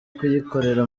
kuyikorera